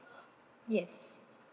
yes